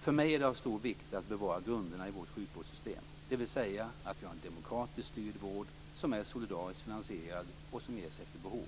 För mig är det av stor vikt att bevara grunderna i vårt sjukvårdssystem, dvs. att vi har en demokratiskt styrd vård som är solidariskt finansierad och som ges efter behov.